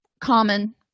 common